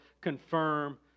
confirm